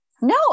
No